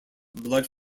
blood